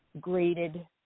graded